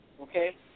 Okay